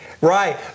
Right